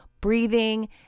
breathing